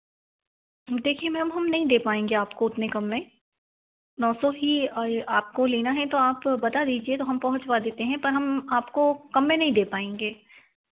देखिए मैम हम नहीं दे पाएँगे आपको उतने कम में नौ सौ ही आपको लेना है तो आप बता दीजिए तो हम पहुँचवा देते हैं पर हम आपको कम में नहीं दे पाएँगे